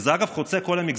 וזה, אגב, חוצה את כל המגזרים.